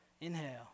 Inhale